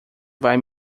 vai